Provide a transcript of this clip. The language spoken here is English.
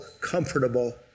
comfortable